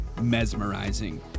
mesmerizing